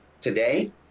today